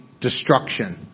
destruction